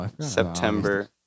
September